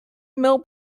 mill